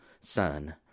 son